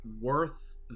worth